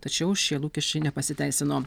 tačiau šie lūkesčiai nepasiteisino